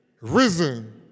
risen